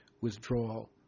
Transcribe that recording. withdrawal